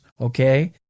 okay